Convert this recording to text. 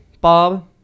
Bob